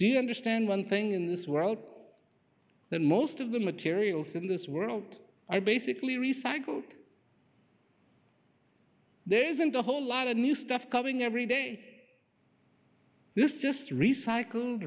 do you understand one thing in this world then most of the materials in this world i basically recycled there isn't a whole lot of new stuff coming every day this is just recycled